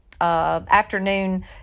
afternoon